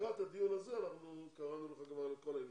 לקראת הדיון הזה קראנו לך כבר לכל העניינים.